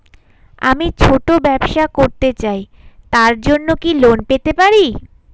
আমি ছোট ব্যবসা করতে চাই তার জন্য কি লোন পেতে পারি?